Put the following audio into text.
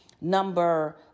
Number